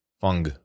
Fung